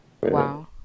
wow